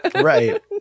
Right